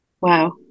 Wow